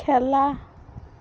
খেলা